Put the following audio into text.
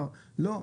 לא,